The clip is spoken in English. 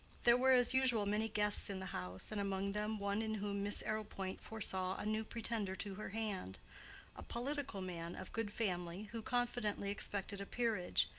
there were as usual many guests in the house, and among them one in whom miss arrowpoint foresaw a new pretender to her hand a political man of good family who confidently expected a peerage,